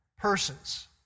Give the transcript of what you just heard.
persons